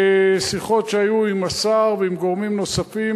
בשיחות שהיו עם השר וגורמים נוספים,